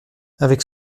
avec